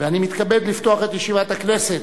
ואני מתכבד לפתוח את ישיבת הכנסת.